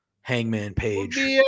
Hangman-Page